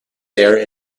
there